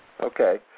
Okay